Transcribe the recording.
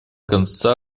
конца